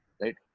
Right